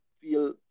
feel